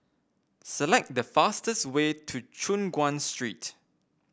select the fastest way to Choon Guan Street